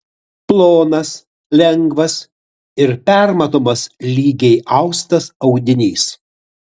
plonas lengvas ir permatomas lygiai austas audinys